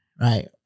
right